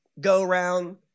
go-around